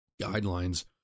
guidelines